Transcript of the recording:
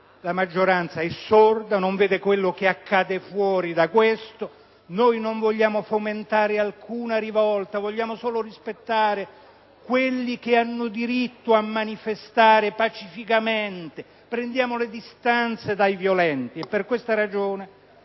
la maggioranza è sorda, non vede quello che accade fuori di qui. Non vogliamo fomentare alcuna rivolta, vogliamo solo rispettare coloro che hanno diritto a manifestare pacificamente, mentre prendiamo le distanze dai violenti. Per questa ragione,